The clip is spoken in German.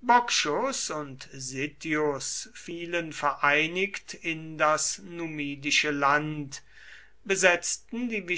bocchus und sittius fielen vereinigt in das numidische land besetzten